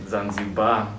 Zanzibar